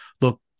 look